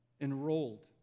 enrolled